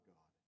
God